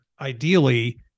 ideally